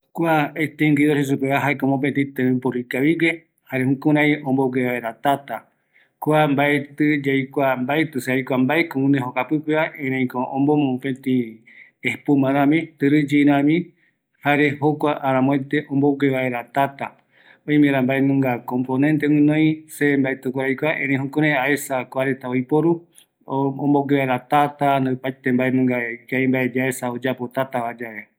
Kua extintor jeisupeva, jaeko tata imboguea ombogue vaera tata, jaeko omombo tɨriyɨi va, jokua guinoita, ouko mopëtï tubope jokuaraeño ou kua tembiporu